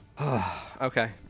okay